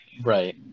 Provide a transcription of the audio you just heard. Right